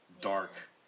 dark